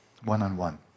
One-on-one